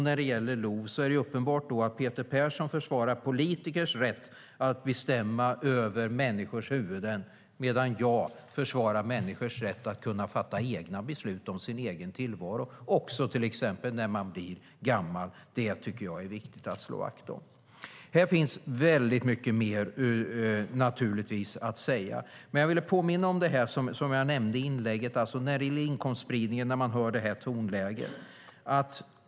När det gäller LOV är det uppenbart att Peter Persson försvarar politikers rätt att bestämma över människors huvuden, medan jag försvarar människors rätt att fatta egna beslut om sin egen tillvaro, också till exempel när man blir gammal. Det tycker jag att det är viktigt att slå vakt om. Här finns naturligtvis väldigt mycket mer att säga. Men jag vill påminna om det som jag nämnde i ett inlägg om inkomstspridningen när jag hör detta tonläge.